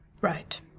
Right